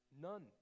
None